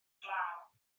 glaw